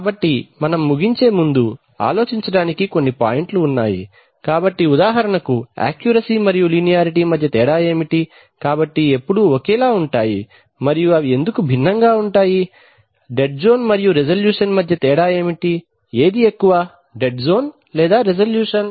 కాబట్టి ముగించే ముందు మనం ఆలోచించటానికి కొన్ని పాయింట్లు ఉన్నాయి కాబట్టి ఉదాహరణకు యాక్యూరసీ మరియు లీనియారిటీ మధ్య తేడా ఏమిటి కాబట్టి ఎప్పుడు ఒకేలా ఉంటాయి మరియు అవి ఎందుకు భిన్నంగా ఉంటాయి డెడ్ జోన్ మరియు రిజల్యూషన్ మధ్య తేడా ఏమిటి ఏది ఎక్కువ డెడ్ జోన్ లేదా రిజల్యూషన్